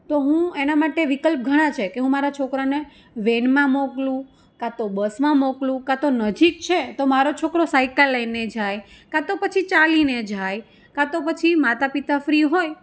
તો હું એના માટે વિકલ્પ ઘણા છે કે હું મારા છોકરાને વેનમાં મોકલું કાં તો બસમાં મોકલું કાં તો નજીક છે તો મારો છોકરો સાઇકલ લઈને જાય કાં તો પછી ચાલીને જાય કાં તો પછી માતા પિતા ફ્રી હોય